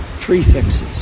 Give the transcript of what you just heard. prefixes